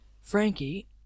Frankie